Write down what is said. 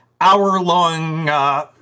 hour-long